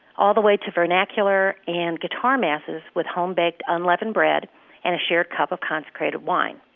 all the way to vernacular and guitar masses with home-baked unleavened bread and a shared cup of consecrated wine.